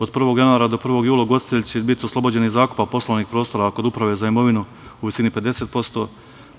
Od 1. januara do 1. jula ugostitelji će biti oslobođeni zakupa poslovnog prostora kod Uprave za imovinu u visini od 50%